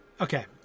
Okay